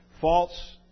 false